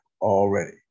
already